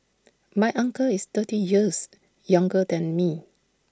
my uncle is thirty years younger than me